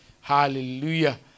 Hallelujah